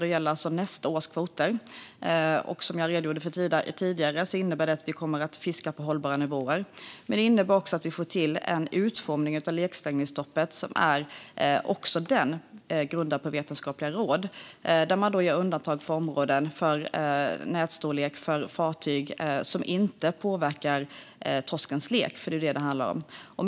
De gäller alltså nästa års kvoter. Som jag redogjorde för tidigare innebär det att vi kommer att fiska på hållbara nivåer. Men det innebär även att vi får till en utformning av lekstängningsstoppet som också den är grundad på vetenskapliga råd. Man gör undantag för områden, för nätstorlek och för fartyg som inte påverkar torskens lek. Det är vad det handlar om.